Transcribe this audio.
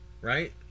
right